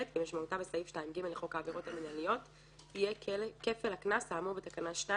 כמשמעותה בסעיף 2(ג) לחוק העבירות המינהליות יהיה כפל הקנס האמור בתקנה 2,